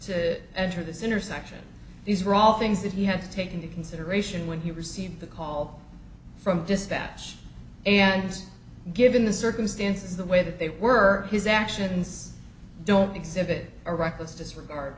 to enter this intersection these are all things that he had to take into consideration when he received the call from dispatch and given the circumstances the way that they were his actions don't exhibit a reckless disregard